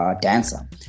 dancer